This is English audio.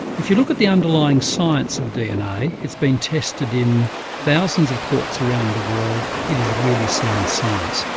if you look at the underlying science of dna, it's been tested in thousands of courts around the world, it is really sound science.